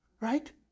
Right